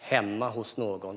hemma hos någon.